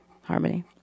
harmony